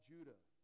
Judah